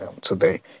today